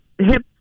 hip